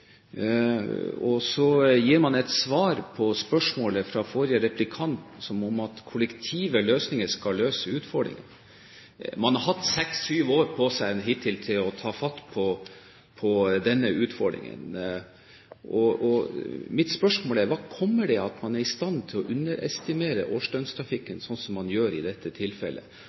dag. Så gir man et svar på spørsmålet fra forrige replikant som om kollektive løsninger skal løse utfordringene. Man har hatt seks–syv år på seg hittil til å ta fatt på denne utfordringen. Mitt spørsmål er: Hva kommer det av at man er i stand til å underestimere årsdøgntrafikken, slik man gjør i dette tilfellet,